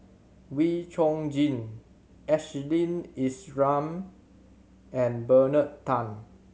Wee Chong Jin Ashley Isham and Bernard Tan